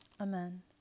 Amen